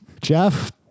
Jeff